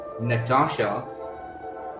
Natasha